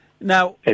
Now